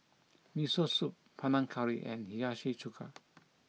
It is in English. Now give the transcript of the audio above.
Miso Soup Panang Curry and Hiyashi Chuka